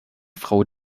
frau